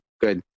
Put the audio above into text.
Good